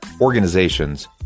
organizations